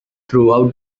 throughout